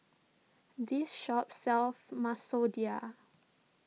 this shop sells Masoor Dal